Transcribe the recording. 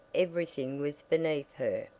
everything was beneath her.